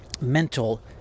mental